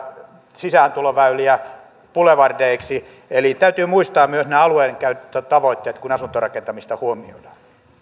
sisääntuloväyliä bulevardeiksi eli täytyy muistaa myös nämä alueidenkäyttötavoitteet kun asuntorakentamista huomioidaan